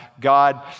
God